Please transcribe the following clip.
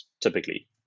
typically